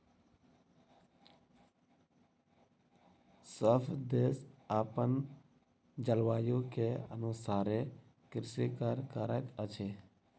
सभ देश अपन जलवायु के अनुसारे कृषि कार्य करैत अछि